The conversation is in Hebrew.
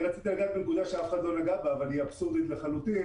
אני רציתי לגעת בנקודה שאף אחד לא נגע בה אבל היא אבסורדית לחלוטין,